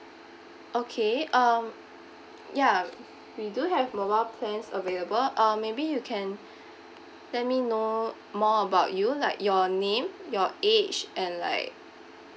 okay um ya we do have mobile plans available uh maybe you can let me know more about you like your name your age and like